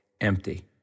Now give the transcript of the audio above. empty